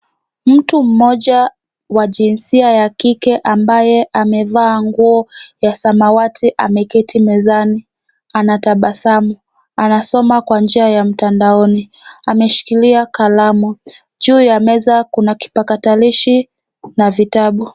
Mtu mmoja wa jinsia ya kike ambaye amevaa nguo ya samawati ameketi mezani, anatabasamu. Anasoma kwa njia ya mtandaoni. Ameshikilia kalamu. Juu ya meza kuna kipakatalishi na vitabu.